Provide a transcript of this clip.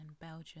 Belgium